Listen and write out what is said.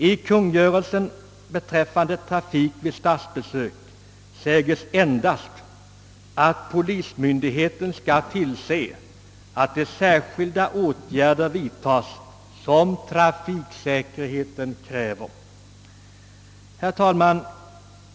I kungörelsen beträffande trafik vid statsbesök säges endast att polismyndigheten skall tillse att de särskilda åtgärder vidtages som trafiksäkerheten kräver. Herr talman!